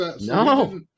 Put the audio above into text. No